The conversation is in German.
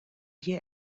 hier